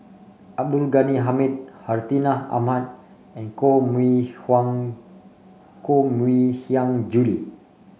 Abdul Ghani Hamid Hartinah Ahmad and Koh Mui Koh Mui Hiang Julie